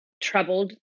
troubled